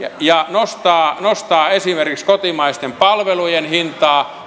ja nostaa nostaa esimerkiksi kotimaisten palvelujen hintaa